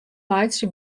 meitsje